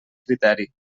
criteri